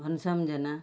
Ghanshyam Jena